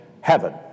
Heaven